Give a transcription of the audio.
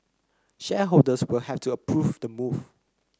shareholders will have to approve the move